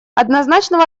однозначного